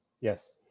Yes